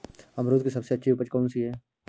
अमरूद की सबसे अच्छी उपज कौन सी है?